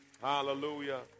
Hallelujah